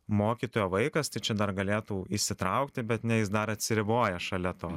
mokytojo vaikas tai čia dar galėtų įsitraukti bet ne jis dar atsiriboja šalia to